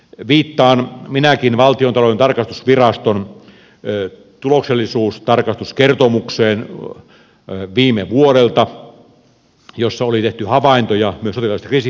viittaan minäkin valtiontalouden tarkastusviraston tuloksellisuustarkastuskertomukseen viime vuodelta jossa oli tehty havaintoja myös sotilaallisesta kriisinhallinnasta